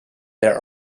their